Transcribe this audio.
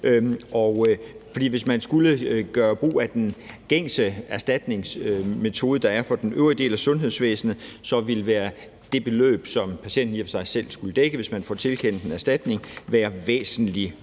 hvis man skulle gøre brug af den gængse erstatningsmetode, der er for den øvrige del af sundhedsvæsenet, ville det beløb, som patienten i og for sig selv skulle dække, hvis vedkommende får tilkendt en erstatning, være væsentlig